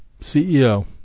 CEO